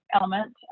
element